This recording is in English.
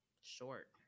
Short